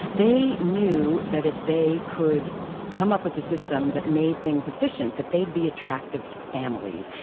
they knew that if they could come up with a system that made things efficient, that they'd be attractive to families.